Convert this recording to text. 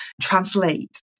translate